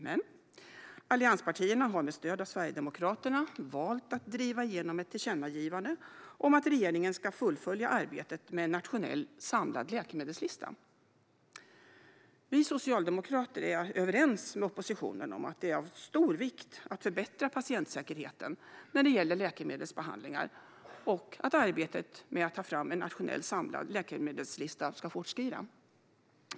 Men allianspartierna har med stöd av Sverigedemokraterna valt att driva igenom ett tillkännagivande om att regeringen ska fullfölja arbetet med en nationell samlad läkemedelslista. Vi socialdemokrater är överens med oppositionen om att det är av stor vikt att förbättra patientsäkerheten när det gäller läkemedelsbehandlingar och att arbetet med att ta fram en nationell samlad läkemedelslista ska fortskrida.